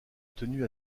tenu